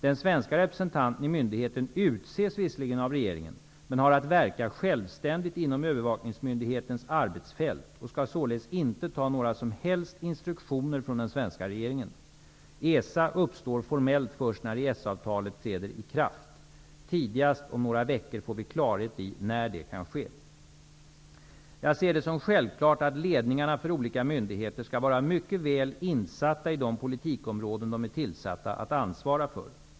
Den svenska representanten i myndigheten utses visserligen av regeringen men har att verka självständigt inom övervakningsmyndighetens arbetsfält och skall således inte ta några som helst instruktioner från den svenska regeringen. ESA uppstår formellt först när EES-avtalet träder i kraft. Tidigast om några veckor får vi klarhet i när detta kan ske. Jag ser det som självklart att ledningarna för olika myndigheter skall vara mycket väl insatta i de politikområden de är tillsatta att ansvara för.